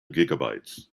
gigabytes